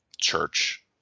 church